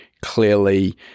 Clearly